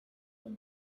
them